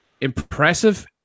impressive